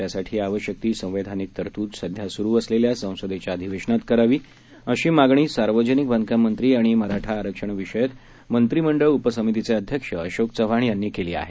त्यासाठी आवश्यक ती संवैधानिक तरतूद सध्या सुरू असलेल्या संसदेच्या अधिवेशनात करावी अशी मागणी सार्वजनिक बांधकाम मंत्री आणि मराठा आरक्षण विषयक मंत्रिमंडळ उपसमितीचे अध्यक्ष अशोक चव्हाण यांनी केली आहे